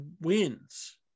wins